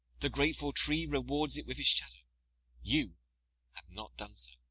the grateful tree rewards it with his shadow you have not done so.